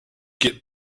get